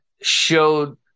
showed